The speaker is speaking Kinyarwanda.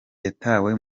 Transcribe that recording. yatawe